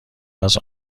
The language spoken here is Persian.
است